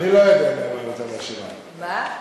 אוקיי.